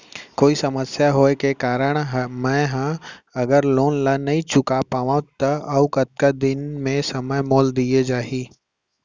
कोई समस्या होये के कारण मैं हा अगर लोन ला नही चुका पाहव त अऊ कतका दिन में समय मोल दीये जाही?